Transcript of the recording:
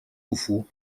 уфу